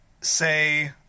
say